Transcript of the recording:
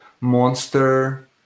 monster